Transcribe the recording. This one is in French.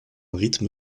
rythme